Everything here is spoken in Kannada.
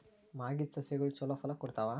ಮಾಗಿದ್ ಸಸ್ಯಗಳು ಛಲೋ ಫಲ ಕೊಡ್ತಾವಾ?